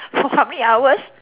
for how many hours